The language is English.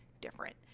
different